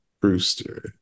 Brewster